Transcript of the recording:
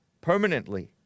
permanently